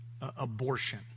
abortion